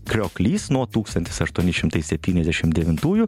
krioklys nuo tūkstantis aštuoni šimtai septyniasdešim devintųjų